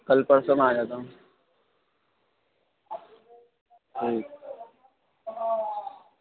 میں کل پرسوں میں آ جاتا ہوں ٹھیک